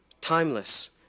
timeless